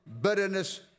bitterness